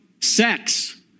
sex